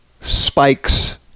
spikes